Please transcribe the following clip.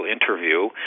interview